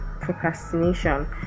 procrastination